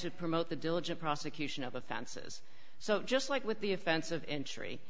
to promote the diligent prosecution of offenses so just like with the offense of entry